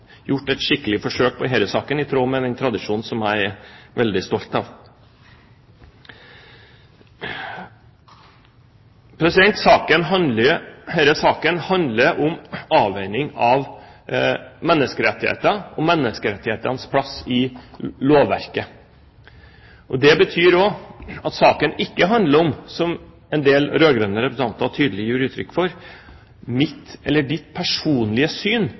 gjort et skikkelig forsøk på i denne saken, i tråd med vår tradisjon, som jeg er veldig stolt av. Denne saken handler om avveining av menneskerettigheter og menneskerettighetenes plass i lovverket. Det betyr også at saken ikke handler om – som en del rød-grønne representanter tydelig gir uttrykk for – mitt eller ditt personlige syn